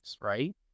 right